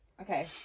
Okay